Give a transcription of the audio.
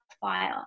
fire